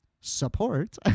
support